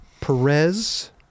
Perez